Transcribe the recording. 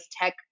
tech